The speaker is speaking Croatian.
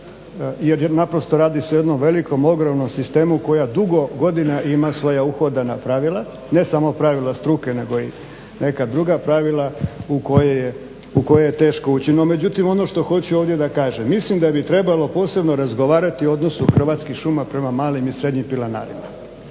jer naprosto radi se o jednom velikom, ogromnom sistemu koja dugo godina ima svoja uhodana pravila, ne samo pravila struke nego i neka druga pravila u koje je teško ući. No međutim ono što hoću ovdje da kažem mislim da bi trebalo posebno razgovarati o odnosu Hrvatskih šuma prema malim i srednjim pilanarima.